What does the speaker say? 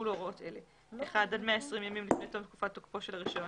יחולו הוראות אלה - עד 120 ימים לפני תום תקופת תוקפו של הרישיון,